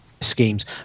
schemes